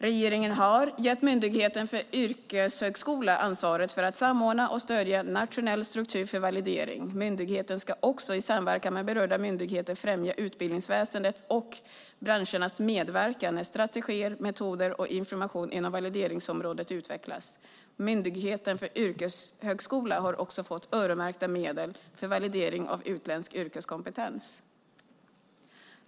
Regeringen har gett Myndigheten för yrkeshögskolan ansvaret för att samordna och stödja en nationell struktur för validering. Myndigheten ska också, i samverkan med berörda myndigheter, främja utbildningsväsendets och branschernas medverkan när strategier, metoder och information inom valideringsområdet utvecklas. Myndigheten för yrkeshögskolan har också fått öronmärkta medel för validering av utländsk yrkeskompetens.